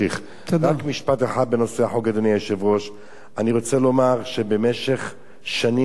רק משפט אחד בנושא החוק: אני רוצה לומר שבמשך שנים רבות